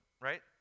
right